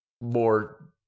more